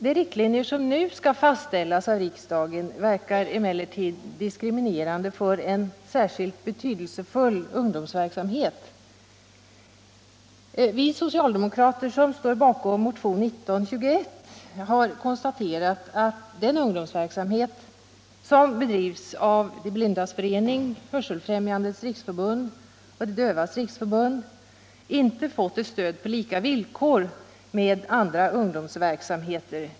De riktlinjer som nu skall fastställas av riksdagen verkar emellertid diskriminerande för en särskilt betydelsefull ungdomsverksamhet. Vi socialdemokrater som står bakom motionen 1921 har konstaterat att den ungdomsverksamhet som bedrivs av De blindas förening, Hörselfrämjandets riksförbund och De dövas riksförbund med de nu föreslagna reglerna inte har fått stöd på lika villkor med andra ungdomsverksamheter.